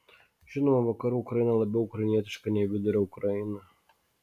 žinoma vakarų ukraina labiau ukrainietiška nei vidurio ukraina